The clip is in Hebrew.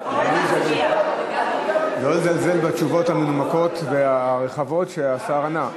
לא לזלזל בתשובות המנומקות והרחבות שהשר ענה.